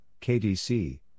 KDC